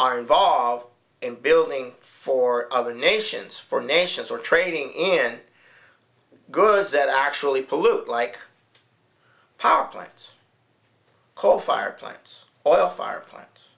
are involved in building for other nations for nations or trading in goods that actually pollute like power plants coal fired plants oil fired plan